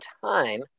time